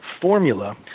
formula